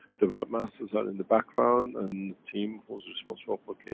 the webmasters are in the background, and the team who is responsible for kf.